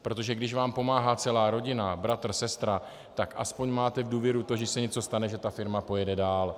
Protože když vám pomáhá celá rodina, bratr, sestra, tak aspoň máte důvěru v to, když se něco stane, že ta firma pojede dál.